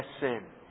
sin